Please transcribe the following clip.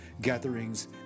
gatherings